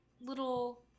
little